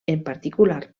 particular